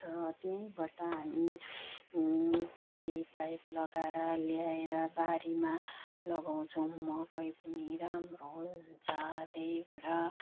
त्यहीबाट हामी पानी पाइप लगाएर ल्याएर बारीमा लगाउँछौँ मकै पनि राम्रो हुन्छ त्यहीबाट